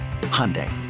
Hyundai